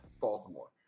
Baltimore